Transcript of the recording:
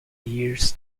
years